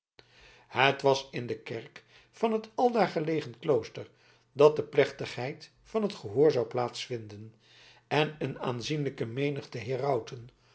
het was in de kerk van het aldaar gelegen klooster dat de plechtigheid van het gehoor zou plaats vinden en een aanzienlijke menigte herauten